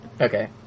Okay